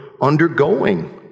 undergoing